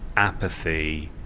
apathy,